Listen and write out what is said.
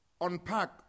unpack